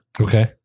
Okay